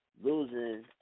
Losing